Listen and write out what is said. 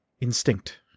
Instinct